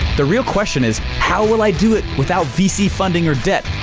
the real question is, how will i do it without vc funding or debt,